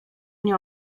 nie